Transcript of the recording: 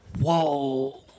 Whoa